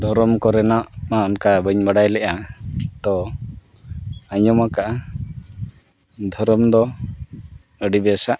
ᱫᱷᱚᱨᱚᱢ ᱠᱚᱨᱮᱱᱟᱜ ᱢᱟ ᱚᱱᱠᱟ ᱵᱟᱹᱧ ᱵᱟᱲᱟᱭ ᱞᱮᱜᱼᱟ ᱛᱳ ᱟᱸᱡᱚᱢ ᱠᱟᱜᱼᱟ ᱫᱷᱚᱨᱚᱢ ᱫᱚ ᱟᱹᱰᱤ ᱵᱮᱥᱟ